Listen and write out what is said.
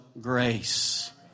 grace